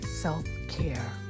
self-care